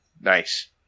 nice